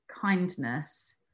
kindness